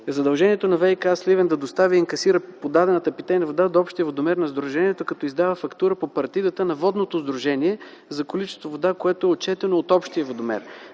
Задължението на ВиК – Сливен е да достави и инкасира доставената питейна вода до общия водомер на сдружението, като издава фактури по партидата на водното сдружение за количеството вода, отчетено от общия водомер.